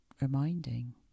reminding